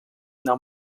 não